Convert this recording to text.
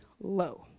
low